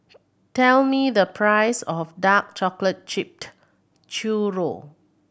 tell me the price of dark chocolate chipped churro